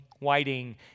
whiting